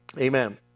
Amen